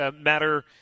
Matter